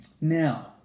Now